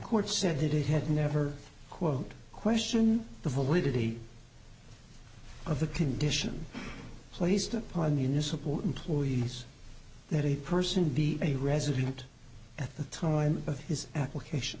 court said that it had never quote question the validity of the conditions placed upon municipal employees that a person be a resident at the time of his application